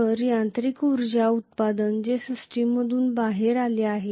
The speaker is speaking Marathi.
तर यांत्रिक ऊर्जा उत्पादन जे सिस्टममधून बाहेर आले आहे